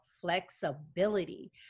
flexibility